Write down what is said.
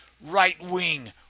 right-wing